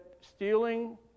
stealing